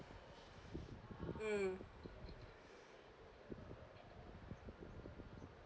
mm